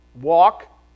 walk